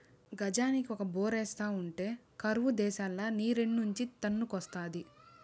గజానికి ఒక బోరేస్తా ఉంటే కరువు దేశంల నీరేడ్నుంచి తన్నుకొస్తాది